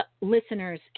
listeners